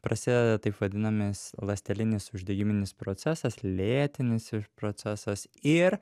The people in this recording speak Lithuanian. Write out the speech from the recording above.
prasideda taip vadinamis ląstelinis uždegiminis procesas lėtinis procesas ir